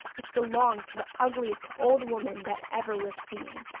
which belonged to the ugliest old woman that ever was seen.